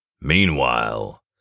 Meanwhile